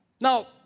Now